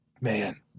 man